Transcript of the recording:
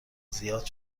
زیاد